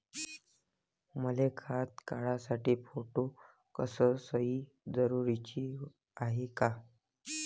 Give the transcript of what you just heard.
मले खातं काढासाठी फोटो अस सयी जरुरीची हाय का?